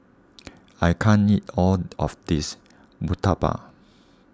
I can't eat all of this Murtabak